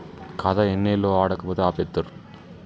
ఖాతా ఎన్ని ఏళ్లు వాడకపోతే ఆపేత్తరు?